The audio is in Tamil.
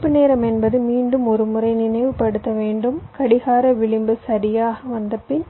வைப்பு நேரம் என்பது மீண்டும் ஒரு முறை நினைவுபடுத்த வேண்டும் கடிகார விளிம்பு சரியாக வந்தபின்